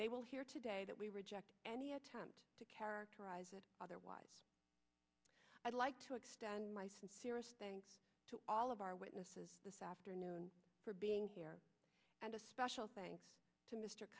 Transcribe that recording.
they will hear today that we reject any attempt to characterize it otherwise i'd like to extend my sincere thanks to all of our witnesses this afternoon for being here and a special thanks to mr